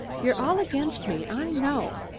you're all against me, i know.